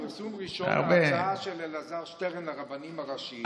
פרסום ראשון להודעה של אלעזר שטרן לרבנים הראשיים.